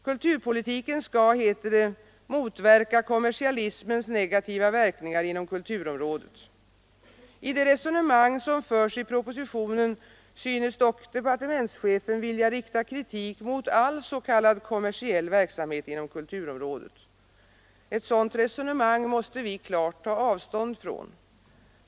Kulturpolitiken skall, heter det, ”motverka kommersialismens negativa verkningar inom kulturområdet”. I det resonemang som förs i propositionen synes dock departementschefen vilja rikta kritik mot all s.k. kommersiell verksamhet inom kulturområdet. Detta resonemang måste vi klart ta avstånd från.